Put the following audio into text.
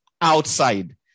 outside